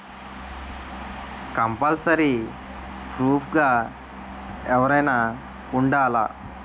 Compulsory proof గా ఎవరైనా ఉండాలా?